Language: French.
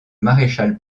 maréchal